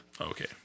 Okay